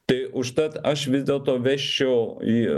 tai užtat aš vis dėlto vesčiau į